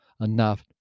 enough